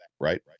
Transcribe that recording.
right